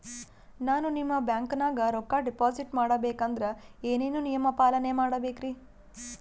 ನಾನು ನಿಮ್ಮ ಬ್ಯಾಂಕನಾಗ ರೊಕ್ಕಾ ಡಿಪಾಜಿಟ್ ಮಾಡ ಬೇಕಂದ್ರ ಏನೇನು ನಿಯಮ ಪಾಲನೇ ಮಾಡ್ಬೇಕ್ರಿ?